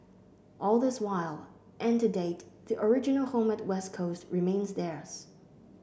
all this while and to date the original home at West Coast remains theirs